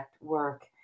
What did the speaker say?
work